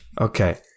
Okay